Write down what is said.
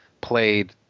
played